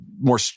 more